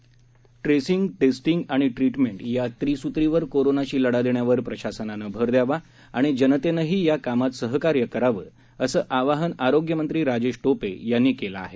Rajesh Tope tracing testing आणि treatment या त्रिसुत्रीवर कोरोनाशी लढा देण्यावर प्रशासनानं भर द्यावा आणि जनतेनेही या कामात सहकार्य करावं असं आवाहन आरोग्यमंत्री राजेश टोपे यांनी केलं आहे